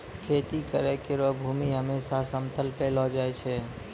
खेती करै केरो भूमि हमेसा समतल पैलो जाय छै